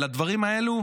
ובדברים האלו,